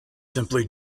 simply